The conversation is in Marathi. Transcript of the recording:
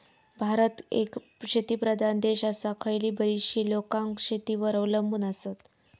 भारत एक शेतीप्रधान देश आसा, हयली बरीचशी लोकां शेतीवर अवलंबून आसत